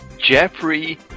Jeffrey